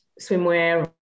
swimwear